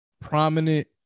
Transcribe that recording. prominent